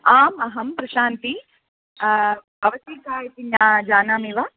आम् अहं प्रशान्ती भवति का इति न जानामि वा